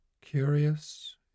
Curious